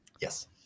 Yes